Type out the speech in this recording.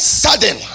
sudden